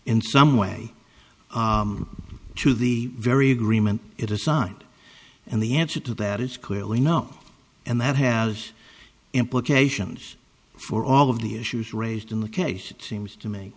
in some way to the very agreement it assigned and the answer to that is clearly no and that has implications for all of the issues raised in the case it seems